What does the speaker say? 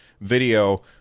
video